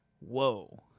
Whoa